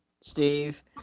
Steve